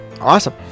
Awesome